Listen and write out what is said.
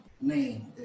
name